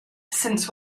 since